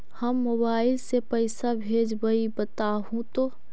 हम मोबाईल से पईसा भेजबई बताहु तो?